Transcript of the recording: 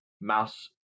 mouse